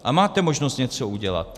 A máte možnost něco udělat.